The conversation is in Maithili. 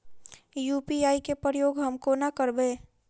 यु.पी.आई केँ प्रयोग हम कोना करबे?